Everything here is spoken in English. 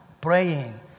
Praying